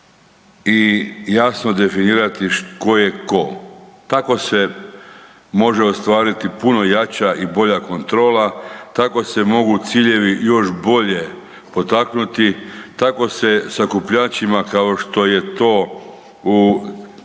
i jasno definirati tko je tko. Tako se može ostvariti puno jača i bolja kontrola, tako se mogu ciljevi još bolje potaknuti, tako se sakupljačima kao što je to u